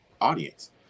audience